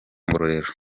ngororero